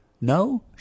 No